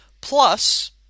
Plus